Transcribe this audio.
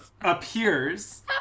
Appears